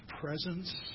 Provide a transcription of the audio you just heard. presence